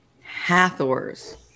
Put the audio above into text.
Hathors